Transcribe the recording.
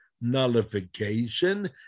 nullification